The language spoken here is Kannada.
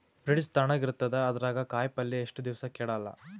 ಫ್ರಿಡ್ಜ್ ತಣಗ ಇರತದ, ಅದರಾಗ ಕಾಯಿಪಲ್ಯ ಎಷ್ಟ ದಿವ್ಸ ಕೆಡಲ್ಲ?